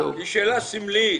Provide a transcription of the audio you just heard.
זו שאלה סמלית.